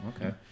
okay